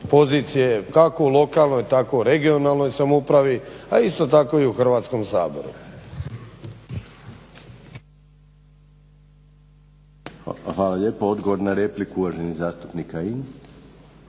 pozicije kako u lokalnoj, tako u regionalnoj samoupravi, a isto tako i u Hrvatskom saboru.